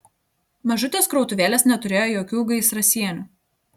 mažutės krautuvėlės neturėjo jokių gaisrasienių